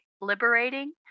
liberating